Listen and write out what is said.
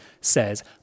says